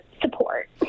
support